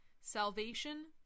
Salvation